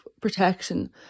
protection